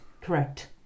correct